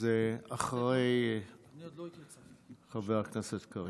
אז אחרי חבר הכנסת קריב.